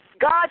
God